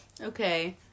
Okay